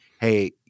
Hey